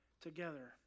together